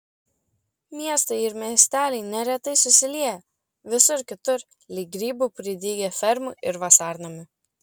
miestai ir miesteliai neretai susilieję visur kitur lyg grybų pridygę fermų ir vasarnamių